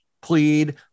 plead